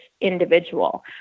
individual